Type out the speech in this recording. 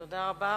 תודה רבה.